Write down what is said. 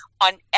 on